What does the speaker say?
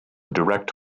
direct